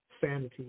sanity